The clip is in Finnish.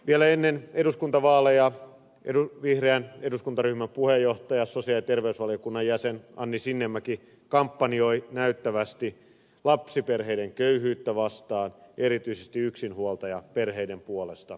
vielä ennen eduskuntavaaleja vihreän eduskuntaryhmän puheenjohtaja sosiaali ja terveysvaliokunnan jäsen anni sinnemäki kampanjoi näyttävästi lapsiperheiden köyhyyttä vastaan erityisesti yksihuoltajaperheiden puolesta